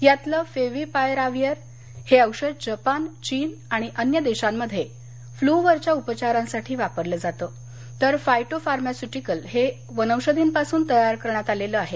यातलं फेविपायराविर हे औषध जपान चीन आणि अन्य देशांमध्ये फ्लू वरच्या उपचारासाठी वापरलं जातं तर फायटोफार्मास्युटीकल हे वनौषधींपासून तयार करण्यात आलं आहे